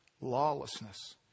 lawlessness